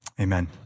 Amen